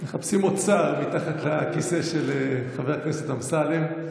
הם מחפשים אוצר מתחת לכיסא של חבר הכנסת אמסלם.